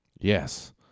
yes